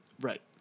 Right